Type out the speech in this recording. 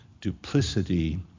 duplicity